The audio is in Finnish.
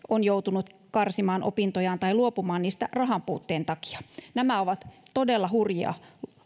on joutunut karsimaan opintojaan tai luopumaan niistä rahanpuutteen takia nämä ovat todella hurjia